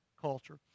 culture